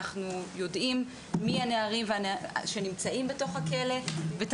אנחנו יודעים מי הנערים שנמצאים בתוך הכלא ואת